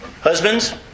Husbands